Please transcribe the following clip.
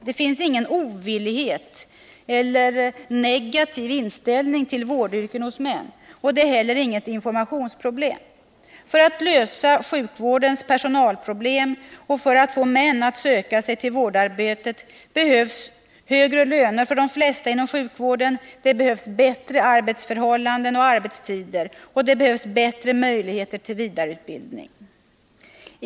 Det finns hos män ingen ovillighet eller negativ inställning till vårdyrken. Det är inte heller något informationsproblem. För att lösa sjukvårdens personalproblem och för att få män att söka sig till vårdarbetet behövs högre löner för de flesta inom sjukvården, bättre arbetsförhållanden och arbetstider samt bättre möjligheter till vidareutbildning.